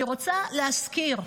אני רוצה להזכיר: